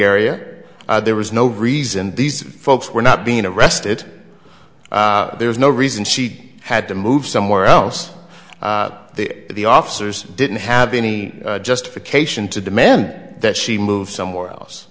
area there was no reason these folks were not being arrested there's no reason she had to move somewhere else the officers didn't have any justification to demand that she move somewhere else